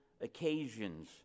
occasions